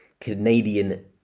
Canadian